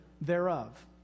thereof